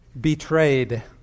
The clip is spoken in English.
Betrayed